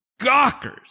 gawkers